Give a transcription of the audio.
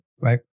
Right